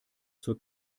zur